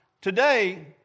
today